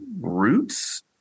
Roots